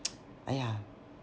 !aiya!